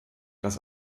das